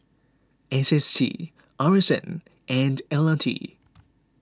S S T R S N and L R T